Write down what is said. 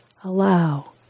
allow